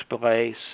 place